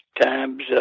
times